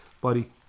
buddy